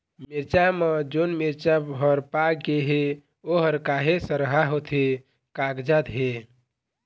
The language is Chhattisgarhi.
मिरचा म जोन मिरचा हर पाक गे हे ओहर काहे सरहा होथे कागजात हे?